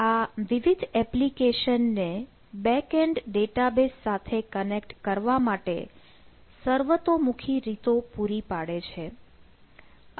આ વિવિધ એપ્લિકેશન્સ ને બેક એન્ડ ડેટાબેઝ સાથે કનેક્ટ કરવા માટે સર્વતોમુખી રીતો પૂરી પાડે છે